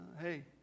Hey